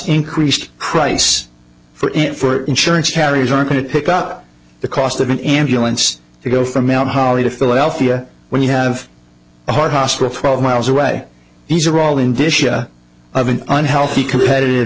increased price for it for insurance carriers are going to pick up the cost of an ambulance if you go from mount holly to philadelphia when you have a heart hospital twelve miles away these are all in disha of an unhealthy competitive